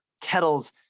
Kettle's